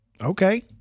Okay